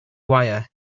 wire